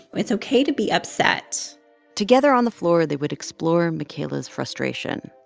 it's ok to be upset together on the floor, they would explore makayla's frustration,